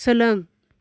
सोलों